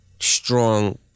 strong